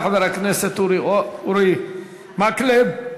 יעלה חבר הכנסת אורי מקלב,